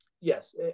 yes